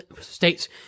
states